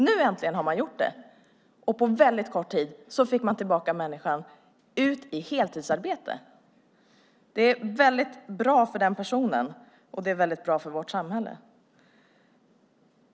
Nu äntligen har man gjort det, och på väldigt kort tid fick man tillbaka människan i heltidsarbete. Det är väldigt bra för den personen, och det är väldigt bra för vårt samhälle.